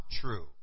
true